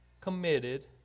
committed